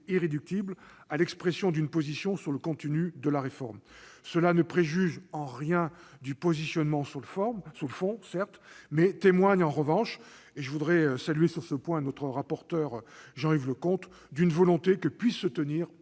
irréductible à l'expression d'une position sur le contenu de la réforme. Cela ne préjuge en rien du positionnement sur le fond, certes, mais témoigne en revanche- je voudrais saluer sur ce point notre rapporteur, Jean-Yves Leconte -d'une volonté que puisse se tenir